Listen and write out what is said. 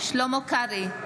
שלמה קרעי,